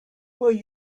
will